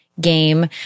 game